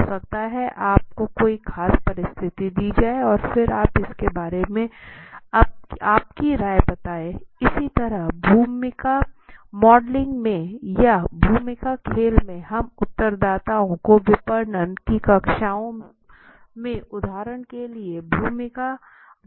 हो सकता है आप को कोई खास परिस्थिति दी जाती है और फिर आप इसके बारे में आपकी राय बताएं इसी तरह भूमिका मॉडलिंग में या भूमिका खेल में हम उत्तरदाताओं को विपणन की कक्षाओं में उदाहरण के लिए भूमिका